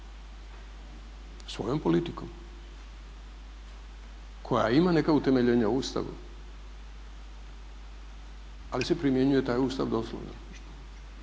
svojom politikom koja ima neka utemeljenja u Ustavu. Ali se primjenjuje taj Ustav doslovno.